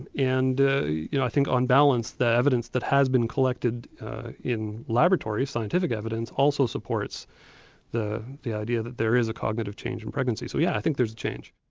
and you know i think on balance the evidence that has been collected in laboratories, scientific evidence, also supports the the idea that there is a cognitive change in pregnancy. so yeah, i think there's a change.